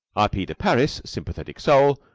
r. p. de parys, sympathetic soul,